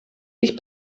ich